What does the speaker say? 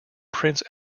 prince